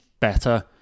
better